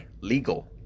legal